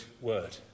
word